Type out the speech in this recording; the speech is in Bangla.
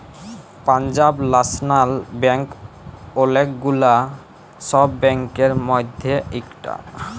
পাঞ্জাব ল্যাশনাল ব্যাঙ্ক ওলেক গুলা সব ব্যাংকের মধ্যে ইকটা